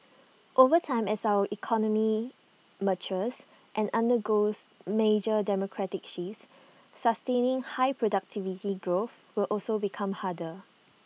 over time as our economy matures and undergoes major demographic shifts sustaining high productivity growth will also become harder